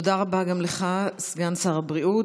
תודה רבה גם לך, סגן שר הבריאות.